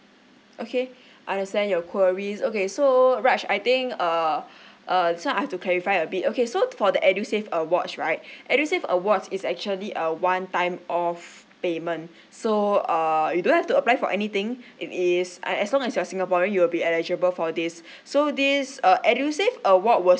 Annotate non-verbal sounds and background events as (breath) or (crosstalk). okay understand your queries okay so raj I think uh (breath) uh this one I have to clarify a bit okay so for the edusave awards right (breath) edusave awards is actually a one time off payment so err you don't have to apply for anything it is err as long as you're singaporean you'll be eligible for this (breath) so this uh edusave award will